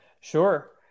sure